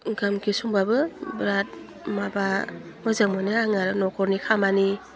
ओंखाम ओंखि संबाबो बिराद माबा मोजां मोनो आं आरो नखरनि खामानि